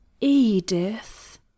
Edith